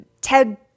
Ted